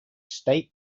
state